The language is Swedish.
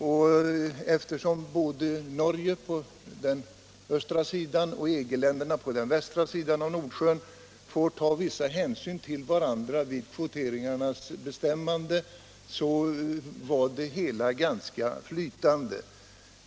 Och eftersom både Norge på den östra sidan och EG-länderna på den västra sidan av Nordsjön får ta vissa hänsyn till varandra vid kvoteringarnas bestämmande, var det hela ganska flytande.